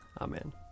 Amen